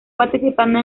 participando